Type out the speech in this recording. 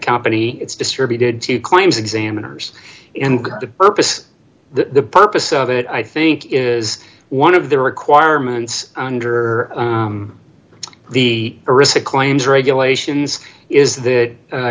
company it's distributed to claims examiners and the purpose the purpose of it i think is one of the requirements under the arista claims regulations is that